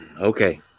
Okay